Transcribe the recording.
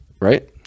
Right